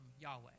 Yahweh